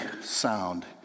sound